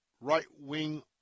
right-wing